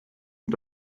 und